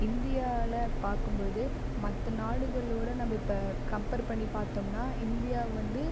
இந்தியாவில பார்க்கும் பொழுது மற்ற நாடுகளோட நம்ப இப்போ கம்ப்பேர் பண்ணி பார்த்தோம்னா இந்தியா வந்து